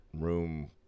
room